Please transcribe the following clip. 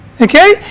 okay